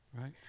right